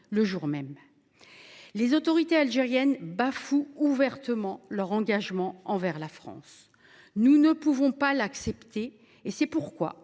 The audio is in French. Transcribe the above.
le jour même. Les autorités algériennes bafouent ouvertement leur engagement envers la France ! Nous ne pouvons pas l’accepter ; c’est pourquoi,